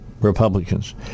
Republicans